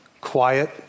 quiet